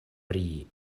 pri